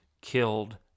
killed